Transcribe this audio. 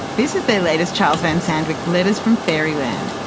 this is their latest charles van sandwyk letters from fairyland,